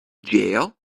jail